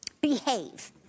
behave